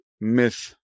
myth